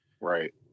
Right